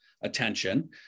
attention